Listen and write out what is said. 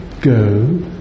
go